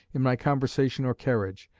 in my conversation or carriage.